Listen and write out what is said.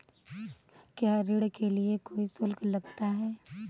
क्या ऋण के लिए कोई शुल्क लगता है?